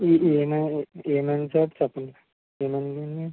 ఏ ఏమైంది సార్ చెప్పండి ఏమైంది అండి